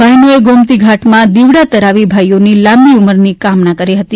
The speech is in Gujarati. બહેનોએ ગોમતીઘાટમાં દિવડા તરાવી ભાઈઓની લાંબી ઉંમરની કામના કરી હતી